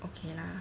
okay lah